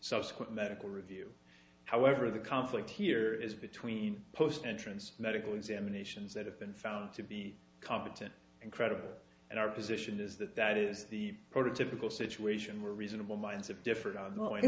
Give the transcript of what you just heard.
subsequent medical review however the conflict here is between post entrance medical examinations that have been found to be competent and credible and our position is that that is the prototypical situation where reasonable minds have differed no it